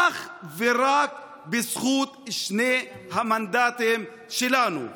אך ורק בזכות שני המנדטים שלנו.